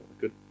good